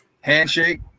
handshake